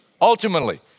ultimately